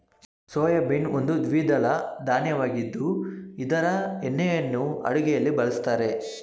soybean ಒಂದು ದ್ವಿದಳ ಧಾನ್ಯವಾಗಿದ್ದು ಇದರ ಎಣ್ಣೆಯನ್ನು ಅಡುಗೆಯಲ್ಲಿ ಬಳ್ಸತ್ತರೆ